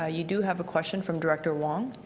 ah you do have a question from director wong.